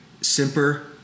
Simper